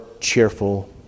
cheerful